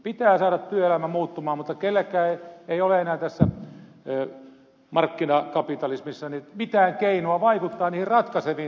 pitää saada työelämä muuttumaan mutta kenelläkään ei ole enää tässä markkinakapitalismissa mitään keinoa vaikuttaa niihin ratkaiseviin tekijöihin eli työnantajiin